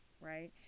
right